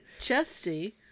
Chesty